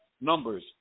numbers